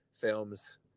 films